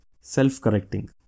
self-correcting